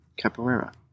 capoeira